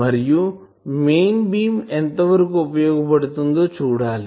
మరియు main beam ఎంత వరకు ఉపయోగపడుతుందో చూడాలి